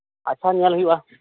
ᱟᱪᱪᱷᱟ ᱧᱮᱞ ᱦᱩᱭᱩᱜᱼᱟ